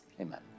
Amen